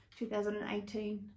2018